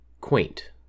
quaint